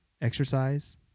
Exercise